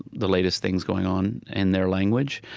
the latest things going on in their language.